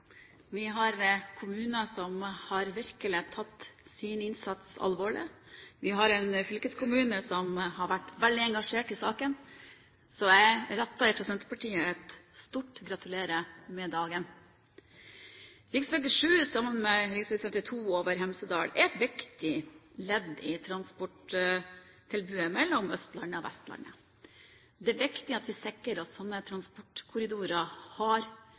Vi har kommuner som virkelig har tatt sin innsats alvorlig. Vi har en fylkeskommune som har vært veldig engasjert i saken. Så jeg sier på vegne av Senterpartiet: Gratulerer så mye med dagen. Riksvei 7, som rv. 52 over Hemsedal, er et viktig ledd i transporttilbudet mellom Østlandet og Vestlandet. Det er viktig at vi sikrer oss at slike transportkorridorer har